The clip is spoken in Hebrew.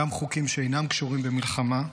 גם חוקים שאינם קשורים למלחמה,